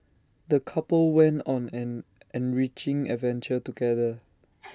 the couple went on an enriching adventure together